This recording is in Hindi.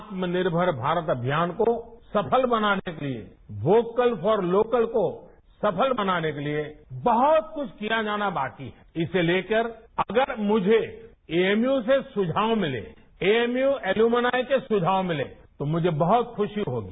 आत्मनिर्मर भारत को सफल बनाने के लिए वोकल फॉर लोकल को सफल बनाने के लिए बहुत कुछ किया जाना बाकी है इसे लेकर अगर मुझे एएमयू से सुझाव मिलें एएमयू एल्यूमुनाय के सुझाव मिलें तो मुझे बहुत खुशी होगी